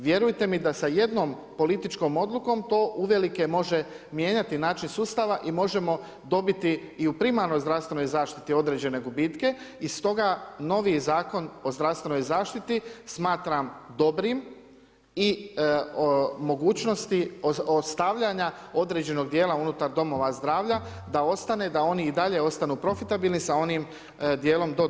Vjerujte mi da sa jednom političkom odlukom to uvelike može mijenjati način sustava i možemo dobiti i u primarnoj zdravstvenoj zaštiti određene gubitke i stoga novi Zakon o zdravstvenoj zaštiti smatram dobrim i mogućnosti ostavljanja određenog dijela unutar domova zdravlja da ostane, da oni i dalje budu profitabilni sa onim dijelom do 25%